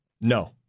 No